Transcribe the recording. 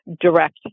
direct